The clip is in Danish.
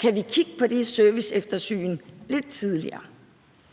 Gade): Statsministeren. Kl. 01:41